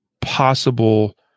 possible